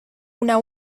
una